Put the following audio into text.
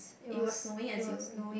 it was snowing at zero degree